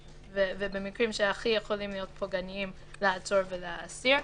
ובמקרים שהכי יכולים להיות פוגעניים לעצור ולאסיר.